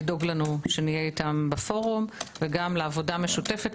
לדאוג לנו שנהיה איתם בפורום וגם לעבודה משותפת.